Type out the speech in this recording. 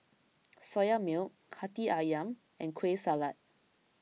Soya Milk Hati Ayam and Kueh Salat